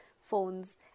phones